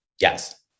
Yes